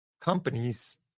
companies